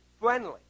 friendly